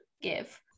give